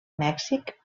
mèxic